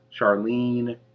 Charlene